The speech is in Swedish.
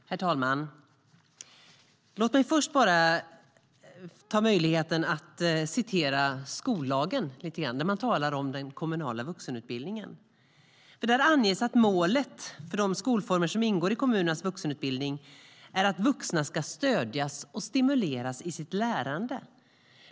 Herr talman! Låt mig först citera skollagen när det gäller den kommunala vuxenutbildningen. Där anges nämligen att målet för de skolformer som ingår i kommunernas vuxenutbildning är "att vuxna ska stödjas och stimuleras i sitt lärande.